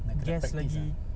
guest lagi